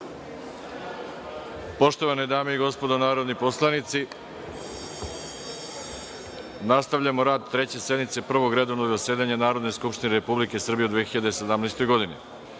Poštovane dame i gospodo narodni poslanici, nastavljamo rad Treće sednice Prvog redovnog zasedanja Narodne skupštine Republike Srbije u 2017. godini. Na